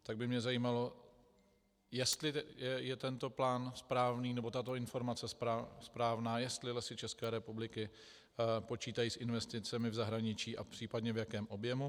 Tak by mě zajímalo, jestli je tento plán správný, nebo tato informace správná, jestli Lesy České republiky počítají s investicemi v zahraničí a případně v jakém objemu.